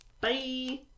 Bye